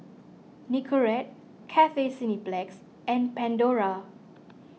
Nicorette Cathay Cineplex and Pandora